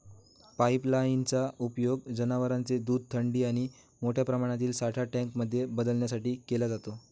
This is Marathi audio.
पाईपलाईन चा उपयोग जनवरांचे दूध थंडी आणि मोठ्या प्रमाणातील साठा टँक मध्ये बदलण्यासाठी केला जातो